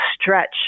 stretch